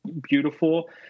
beautiful